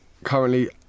currently